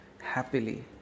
happily